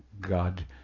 God